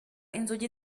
inzugi